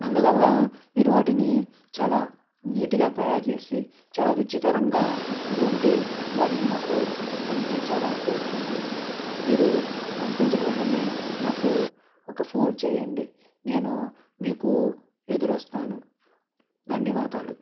అందువల్ల మీరు వాటిని చాలా నీట్గా తయారుచేసి చాలా రుచికరంగా వండి వాటిని మాకు పంపించాలని కోరుతున్నాను మీరు పంపించిన వెంటనే నాకు ఒక ఫోన్ చేయండి నేను మీకు ఎదురొస్తాను ధన్యవాదాలు